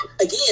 again